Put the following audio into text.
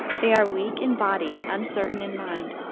they are weak in body and uncertain in mind.